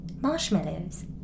marshmallows